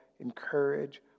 encourage